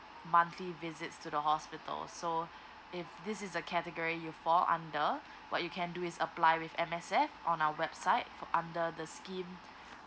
monthly visits to the hospital so if this is the category you fall under what you can do is apply with M_S_F on our website for under the scheme